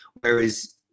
whereas